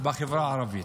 בחברה הערבית.